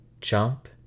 jump